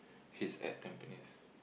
he's at tampines